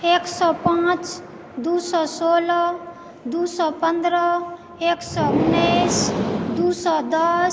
एक सौए पाॅंच दू सए सोलह दू सए पन्द्रह एक सए उन्नैस दू सए दस